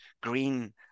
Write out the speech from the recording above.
green